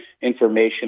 information